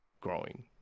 growing